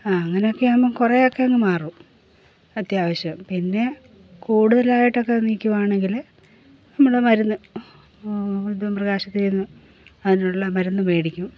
ആഹ് അങ്ങനെ ഒക്കെ ആകുമ്പോൾ കുറെയൊക്കെ അങ്ങ് മാറും അത്യാവശ്യം പിന്നെ കൂടുതലായിട്ടൊക്കെ നിൽക്കുവാണെങ്കിൽ നമ്മൾ മരുന്ന് മൃഗാശുപത്രിയിൽനിന്ന് അതിനുള്ള മരുന്ന് മേടിക്കും